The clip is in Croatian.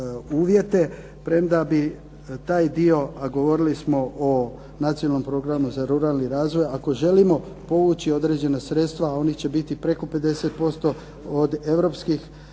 uvjete, premda bi taj dio a govorili smo o Nacionalnom programu za ruralni razvoj ako želimo povući određena sredstva a oni će biti preko 50% od europskih,